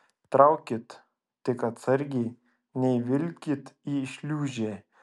traukit tik atsargiai neįvilkit į šliūžę